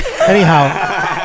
Anyhow